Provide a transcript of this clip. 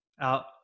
out